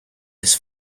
his